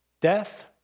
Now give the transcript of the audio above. Death